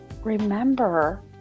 remember